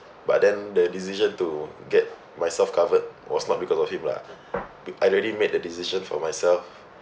but then the decision to get myself covered was not because of him lah I already made the decision for myself